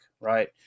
right